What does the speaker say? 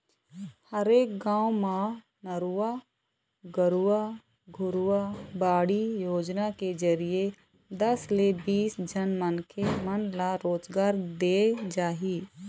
हरेक गाँव म नरूवा, गरूवा, घुरूवा, बाड़ी योजना के जरिए दस ले बीस झन मनखे मन ल रोजगार देय जाही